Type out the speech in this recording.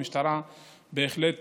המשטרה בהחלט